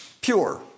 pure